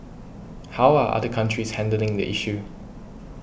how are other countries handling the issue